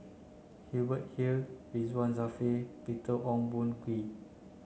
Hubert Hill Ridzwan Dzafir Peter Ong Boon Kwee